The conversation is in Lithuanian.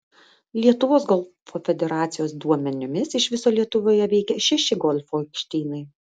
lietuvos golfo federacijos duomenimis iš viso lietuvoje veikia šeši golfo aikštynai